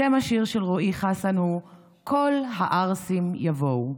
שם השיר של רועי חסן הוא "כל הערסים יבואו":